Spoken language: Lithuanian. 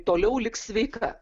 toliau lik sveika